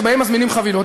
שבהם מזמינים חבילות,